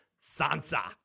Sansa